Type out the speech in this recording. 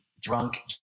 drunk